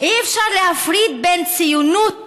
שאי-אפשר להפריד בין ציונות